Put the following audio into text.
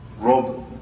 Rob